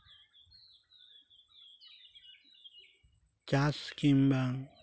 ᱪᱟᱥ ᱠᱤᱝᱵᱟ